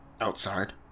outside